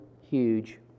huge